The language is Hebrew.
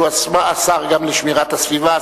שהוא גם השר לשמירת הסביבה,